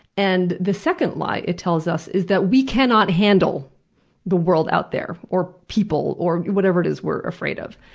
and the second lie it tells us is that we cannot handle the world out there, or people, or whatever it is we're afraid of.